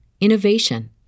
innovation